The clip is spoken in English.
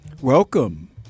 Welcome